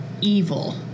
evil